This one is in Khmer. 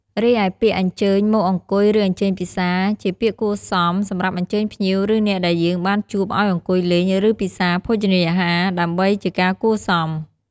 រីឯពាក្យ អញ្ជើញមកអង្គុយ ឬអញ្ជើញពិសា ជាពាក្យគួរសមសម្រាប់អញ្ជើញភ្ញៀវ ឬអ្នកដែលយើងបានជួបឱ្យអង្គុយលេង ឬពិសាភោជនីអហាររដើម្បីជាការគួរសម។